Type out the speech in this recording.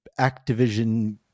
Activision